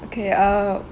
okay uh